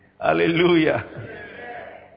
Hallelujah